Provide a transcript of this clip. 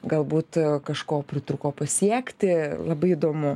galbūt kažko pritrūko pasiekti labai įdomu